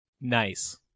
Nice